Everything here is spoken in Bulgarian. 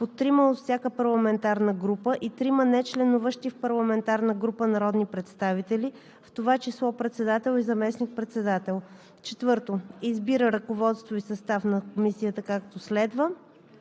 по трима от всяка парламентарна група и трима нечленуващи в парламентарна група, народни представители, в това число председател и заместник-председател. 4. Избира ръководство и състав на Комисията, както следва: